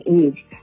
age